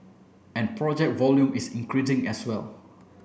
and project volume is increasing as well